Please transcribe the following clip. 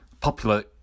popular